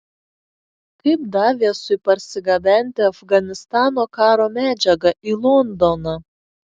kaip daviesui parsigabenti afganistano karo medžiagą į londoną